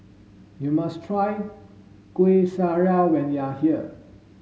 you must try Kueh Syara when you are here